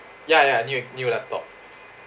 ya ya new e~ new laptop